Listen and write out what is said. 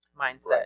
mindset